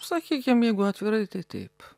sakykim jeigu atvirai tai taip